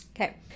Okay